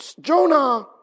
Jonah